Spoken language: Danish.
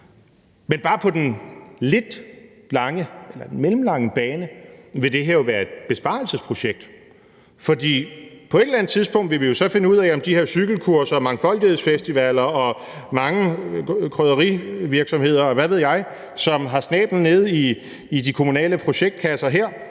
Men bare på den mellemlange bane vil det her jo være et besparelsesprojekt, for på et eller andet tidspunkt vil vi jo så finde ud af, om de her mange cykelkurser, mangfoldighedsfestivaler og krydderivirksomheder og – hvad ved jeg – som har snablen nede i de kommunale projektkasser her,